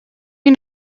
you